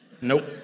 Nope